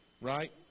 right